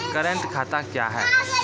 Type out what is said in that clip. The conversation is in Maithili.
करेंट खाता क्या हैं?